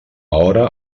hora